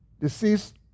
deceased